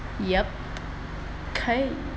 yup okay